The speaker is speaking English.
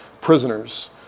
prisoners